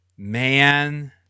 Man